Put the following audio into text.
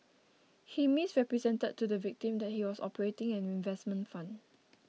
he misrepresented to the victim that he was operating an investment fund